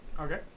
Okay